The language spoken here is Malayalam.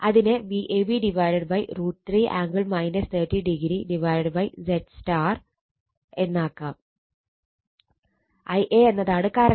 അതിനെ Vab√ 3 ആംഗിൾ 30o ZY എന്നാക്കാം Ia എന്നതാണ് കറണ്ട്